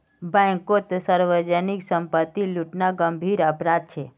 बैंककोत सार्वजनीक संपत्ति लूटना गंभीर अपराध छे